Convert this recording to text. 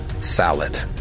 salad